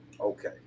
okay